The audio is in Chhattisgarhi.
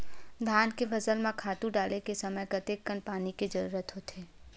धान के फसल म खातु डाले के समय कतेकन पानी के जरूरत होथे?